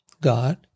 God